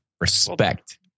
Respect